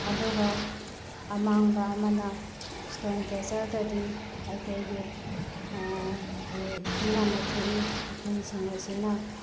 ꯑꯗꯨꯒ ꯑꯃꯥꯡꯕ ꯑꯃꯗ ꯏꯁꯇꯣꯟ ꯀꯦꯆꯔꯗꯗꯤ ꯑꯩꯈꯣꯏꯒꯤ ꯏꯐꯨꯟ ꯌꯥꯝꯅ ꯊꯣꯛꯏ ꯏꯐꯨꯟꯁꯤꯡ ꯑꯁꯤꯅ